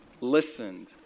listened